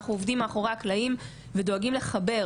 אנחנו עובדים מאחורי הקלעים ודואגים לחבר